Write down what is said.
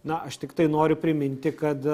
na aš tiktai noriu priminti kad